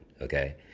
okay